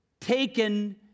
taken